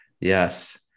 yes